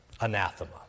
anathema